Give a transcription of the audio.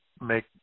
make